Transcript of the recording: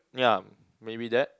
yeah maybe that